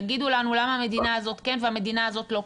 יגידו לנו למה המדינה הזאת כן והמדינה הזאת לא.